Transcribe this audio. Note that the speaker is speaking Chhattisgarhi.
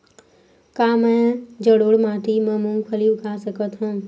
का मैं जलोढ़ माटी म मूंगफली उगा सकत हंव?